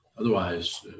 Otherwise